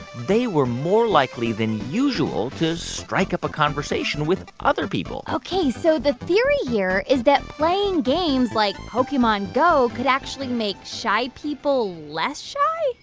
they were more likely than usual to strike up a conversation with other people ok. so the theory here is that playing games like pokemon go could actually make shy people less shy?